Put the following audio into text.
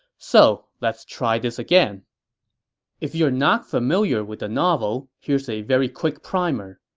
so let's try this again if you are not familiar with the novel, here's a very quick primer.